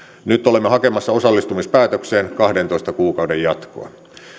nyt olemme hakemassa osallistumispäätökseen kahdentoista kuukauden jatkoa